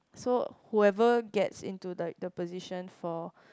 so whoever gets into the the position for